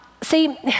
see